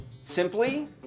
Simply